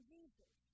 Jesus